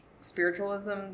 spiritualism